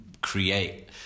create